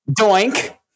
Doink